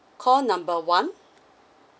call number one